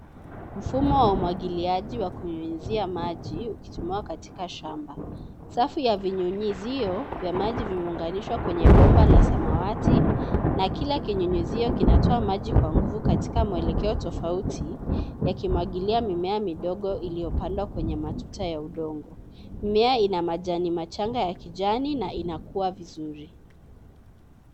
Mfumo wa umwagiliaji wa kunyunyizia maji, ukitumiwa katika shamba. Safu ya vinyunyizio vya maji vimeunganishwa kwenye bomba la samawati, na Kila kinyunyizio kinatoa maji kwa nguvu katika mwelekeo tofauti, yakimwagilia mimea midogo iliyopandwa kwenye matuta ya udongo. Mimea ina majani machanga ya kijani na inakua vizuri.